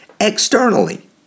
externally